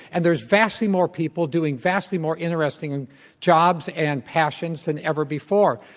and there's vastly more people doing vastly more interesting jobs and passions than ever before.